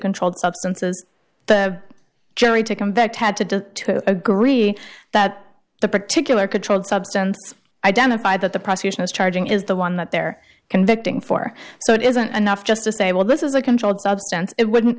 controlled substances the jury to come that had to agree that the particular controlled substance identify that the prosecution is charging is the one that they're convicting for so it isn't enough just to say well this is a controlled substance it wouldn't